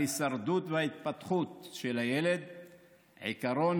ההישרדות וההתפתחות של הילד ועקרון